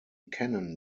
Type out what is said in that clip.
kennen